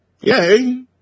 yay